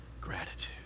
gratitude